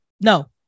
no